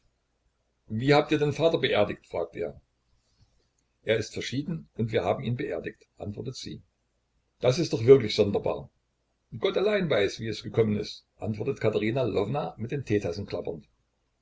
wie habt ihr den vater beerdigt fragt er er ist verschieden und wir haben ihn beerdigt antwortet sie das ist doch wirklich sonderbar gott allein weiß wie es gekommen ist antwortet katerina lwowna mit den teetassen klappernd